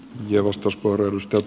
arvoisa puhemies